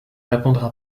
répondra